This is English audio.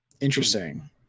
Interesting